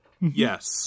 Yes